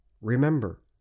remember